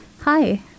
Hi